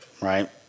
right